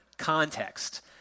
Context